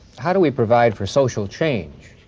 how do we provide for social change?